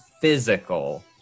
physical